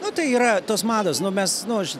nu tai yra tos mados nu mes nu aš